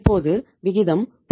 இப்போது விகிதம் 0